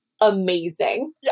amazing